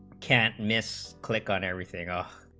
can't miss click on everything off